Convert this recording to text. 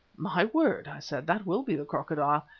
my word! i said, that will be the crocodile.